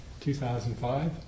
2005